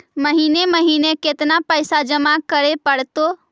महिने महिने केतना पैसा जमा करे पड़तै?